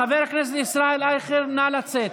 חבר הכנסת ישראל אייכלר, נא לצאת.